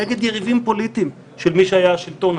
נגד יריבים פוליטיים של מי שהיה בשלטון.